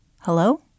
hello